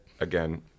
again